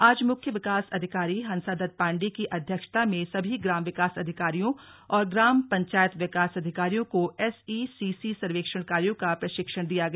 आज मुख्य विकास अधिकारी हंसादत्त पांडे की अध्यक्षता में सभी ग्राम विकास अधिकारियों और ग्राम पंचायत विकास अधिकारियों को एस ई सी सी सर्वेक्षण कार्यों का प्रशिक्षिण दिया गया